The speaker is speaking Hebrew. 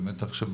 באמת אני חושב,